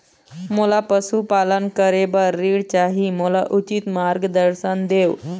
मोला पशुपालन करे बर ऋण चाही, मोला उचित मार्गदर्शन देव?